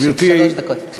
גברתי, שלוש דקות.